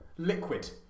liquid